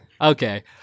Okay